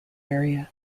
area